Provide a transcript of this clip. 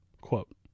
quote